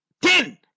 Ten